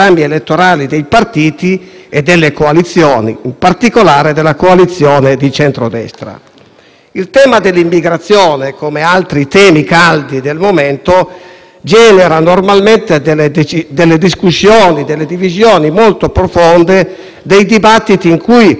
Il tema dell'immigrazione, come altri temi caldi al momento, genera normalmente discussioni e divisioni molto profonde e dibattiti in cui sono presenti anche dosi di cattiveria, cinismo e violenza verbale esagerata.